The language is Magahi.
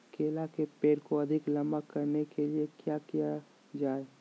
केला के पेड़ को अधिक लंबा करने के लिए किया किया जाए?